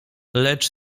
lecz